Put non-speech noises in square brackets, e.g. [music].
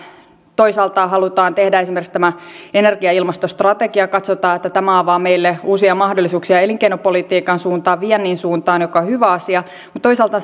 toisaalta halutaan tehdä esimerkiksi tämä energia ja ilmastostrategia ja katsotaan että tämä avaa meille uusia mahdollisuuksia elinkeinopolitiikan suuntaan viennin suuntaan mikä on hyvä asia mutta toisaalta [unintelligible]